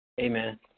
amen